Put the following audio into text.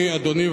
אדוני,